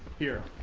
here.